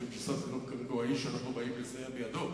משום ששר החינוך כרגע הוא האיש שאנחנו באים לסייע בידו